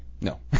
no